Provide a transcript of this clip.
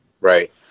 right